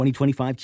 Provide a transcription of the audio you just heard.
2025